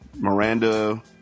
Miranda